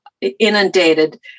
inundated